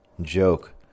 joke